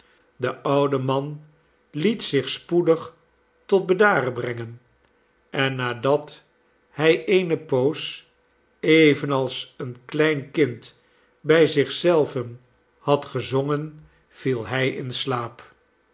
de oude man liet zich spoedig tot bedaren brengen en nadat hij eene poos evenals een klein kind bij zich zelven had gezongen viel hij in slaap